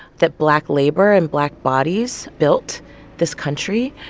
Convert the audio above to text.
that black labor and black bodies built this country,